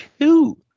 two